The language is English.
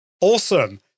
Awesome